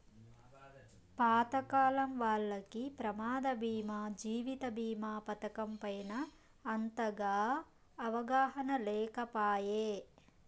పాతకాలం వాల్లకి ప్రమాద బీమా జీవిత బీమా పతకం పైన అంతగా అవగాహన లేకపాయె